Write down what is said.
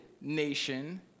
nation